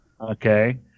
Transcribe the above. Okay